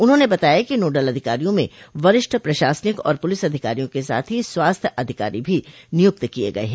उन्होंने बताया कि नोडल अधिकारियों में वरिष्ठ प्रशासनिक और पुलिस अधिकारियों के साथ ही स्वास्थ्य अधिकारी भी नियुक्त किये गये हैं